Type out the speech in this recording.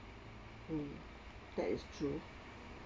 hmm that is true